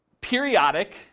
periodic